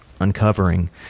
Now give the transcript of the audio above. uncovering